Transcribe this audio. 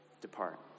depart